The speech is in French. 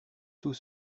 tout